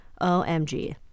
OMG